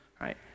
right